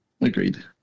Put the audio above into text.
agreed